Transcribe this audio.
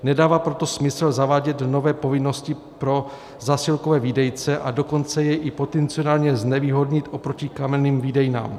Nedává proto smysl zavádět nové povinnosti pro zásilkové výdejce, a dokonce je i potenciálně znevýhodnit oproti kamenným výdejnám.